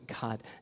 God